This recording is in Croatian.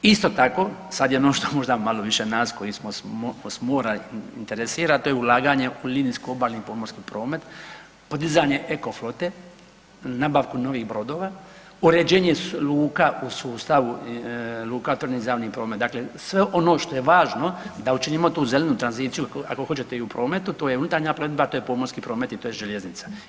Isto tako sad je ono što možda malo više nas koji smo s mora interesira, a to je ulaganje u linijsko-obalni pomorski promet, podizanje eko flote, nabavku novih brodova, uređenje luka u sustavu luka otvorenih za javni promet, dakle sve ono što je važno da učinimo tu zelenu tranziciju ako hoćete i u prometu, to je unutarnja plovidba, to je pomorski promet i to je željeznica.